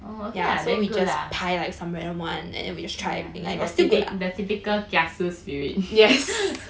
oh okay lah then good lah mm the typi~ the typical kiasu spirit